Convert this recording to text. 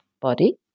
body